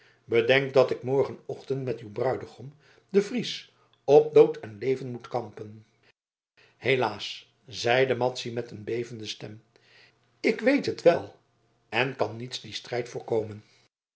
bedenk dat ik morgenochtend met uw bruidegom den fries op dood en leven moet kampen helaas zeide madzy met een bevende stem ik weet het te wel en kan niets dien strijd voorkomen